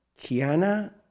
Kiana